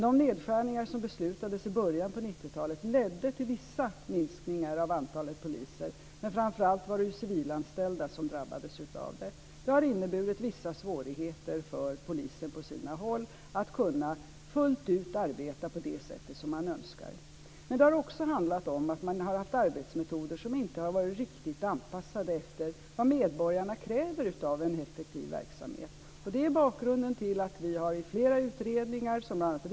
De nedskärningar som beslutades om i början på 90-talet ledde till vissa minskningar av antalet poliser, men framför allt var det civilanställda som drabbades av detta. Det har inneburit vissa svårigheter för polisen på sina håll att kunna arbeta fullt ut på det sätt som man önskar. Men det har också handlat om att man har haft arbetsmetoder som inte har varit riktigt anpassade efter vad medborgarna kräver av en effektiv verksamhet. Det är bakgrunden till att vi i flera utredningar, som bl.a.